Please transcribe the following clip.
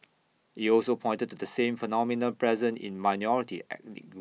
he also pointed to the same phenomena present in minority ethnic groups